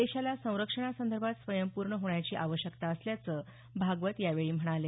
देशाला संरक्षणासंदर्भात स्वयंपूर्ण होण्याची आवश्यकता असल्याचं भागवत म्हणाले